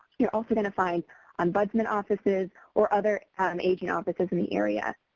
you're also going to find ombudsman offices or other aging offices in the area.